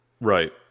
right